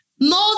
more